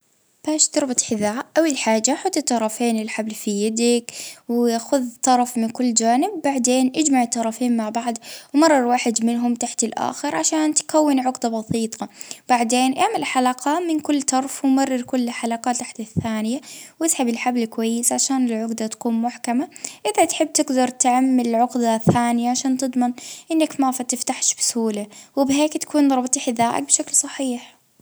آ دخل خيط الحذاء في الطبجات بتاع الحذاء من تحت لفوج أ أعمل أ دير عقد بسيطة آآ أجمع كل طرفين مع بعضهم، أربط عقدة مزدوجة أ باش ما ينفكش بسرعة بسهولة يعنى.